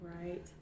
Right